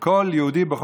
וכל יהודי,